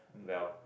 well